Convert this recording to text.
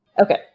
Okay